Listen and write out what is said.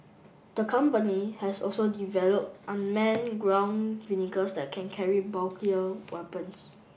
the company has also developed unmanned ground that can carry bulkier weapons